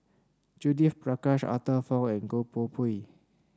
Judith Prakash Arthur Fong and Goh Koh Pui